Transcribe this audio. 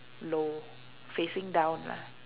low facing down lah